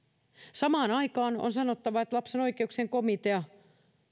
samaan aikaan on sanottava että lapsen oikeuksien komitea